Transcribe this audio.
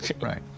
Right